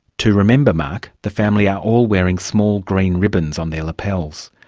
to remember mark, the family are all wearing small green ribbons on their lapels.